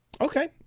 Okay